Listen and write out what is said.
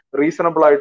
reasonable